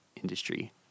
industry